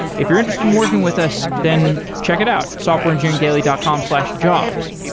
if you're interested in working with us, then check it out, softwareengineeringdaily dot com slash jobs,